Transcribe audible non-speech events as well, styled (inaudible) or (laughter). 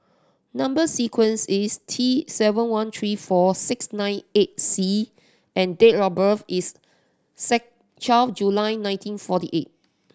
number sequence is T seven one three four six nine eight C and date of birth is (unintelligible) twelve July nineteen forty eight